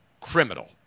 criminal